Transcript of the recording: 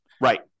Right